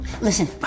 Listen